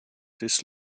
this